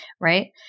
right